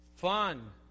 Fun